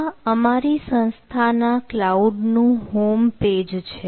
આ અમારી સંસ્થાના ક્લાઉડ નું હોમ પેજ છે